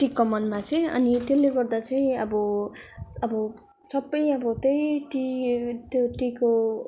T कमानमाचाहिँ अनि त्यसले गर्दा चाहिँ अब अब सबै अब त्यही टी त्यो टीको